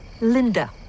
Linda